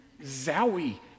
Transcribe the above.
Zowie